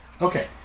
Okay